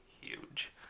huge